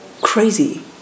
crazy